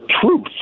truth